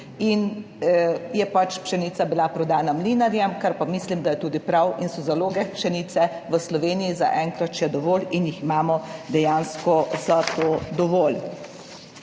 in je bila pšenica prodana mlinarjem, kar pa mislim, da je tudi prav. Zalog pšenice je v Sloveniji zaenkrat še dovolj in jih imamo dejansko za to dovolj.